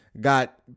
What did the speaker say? got